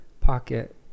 pocket